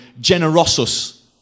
generosus